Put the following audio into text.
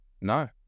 No